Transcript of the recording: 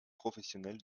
professionnels